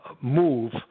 move